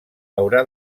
haurà